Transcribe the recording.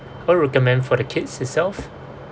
what recommend for the kids itself